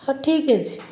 ହଁ ଠିକ୍ ଅଛି